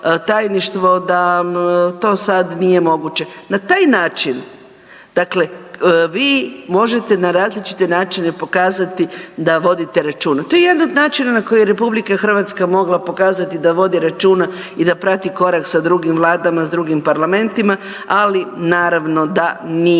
da to sad nije moguće. Na taj način, dakle vi možete na različite načine pokazati da vodite računa, to je jedan od načina na koji je RH mogla pokazati da vodi računa i da prati korak sa drugim vladama, s drugim parlamentima ali naravno da nije.